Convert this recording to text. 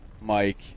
Mike